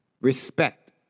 respect